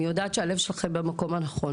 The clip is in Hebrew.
אני יודעת שהלב שלכן במקום הנכון,